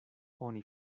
oni